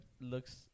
looks